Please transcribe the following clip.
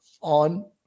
on